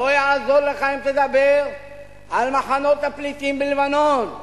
לא יעזור לך אם תדבר על מחנות הפליטים בלבנון,